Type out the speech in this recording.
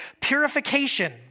purification